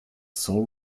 sole